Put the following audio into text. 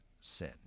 sin